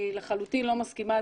אני לחלוטין לא מסכימה.